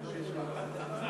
הוא,